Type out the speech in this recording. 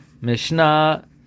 Mishnah